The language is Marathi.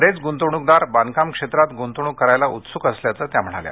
बरेच गुंतवणूकदार बांधकाम क्षेत्रात गुंतवणूक करण्यास उत्सुक असल्याचं त्या म्हणाल्या